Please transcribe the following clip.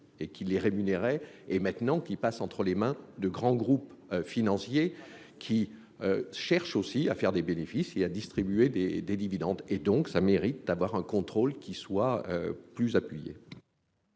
et qui les rémunérait et maintenant qui passe entre les mains de grands groupes financiers qui cherche aussi à faire des bénéfices et à distribuer des des dividendes et donc ça mérite d'avoir un contrôle qui soit plus appuyé.